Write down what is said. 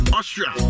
Austria